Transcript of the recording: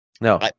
No